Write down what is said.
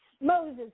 Moses